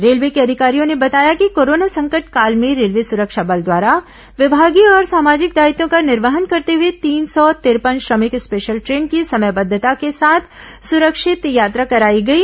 railway के अधिकारियों ने बताया कि कोरोना संकर्ट काल में रेलवे सुरक्षा बल द्वारा विभागीय और सामाजिक दायित्वों का निर्वहन करते हुए तीन सौ तिरपन श्रमिक स्पेशल ट्रेनों की समयबद्धता के साथ सुरक्षित यात्रा कराई गई